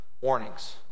warnings